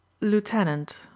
Lieutenant